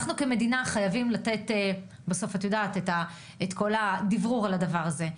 אנחנו כמדינה חייבים לתת את המסר על הדבר הזה,